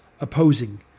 opposing